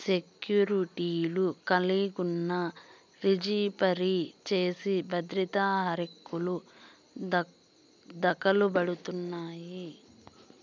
సెక్యూర్టీలు కలిగున్నా, రిజీ ఫరీ చేసి బద్రిర హర్కెలు దకలుపడతాయి